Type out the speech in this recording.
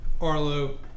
Arlo